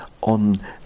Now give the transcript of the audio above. on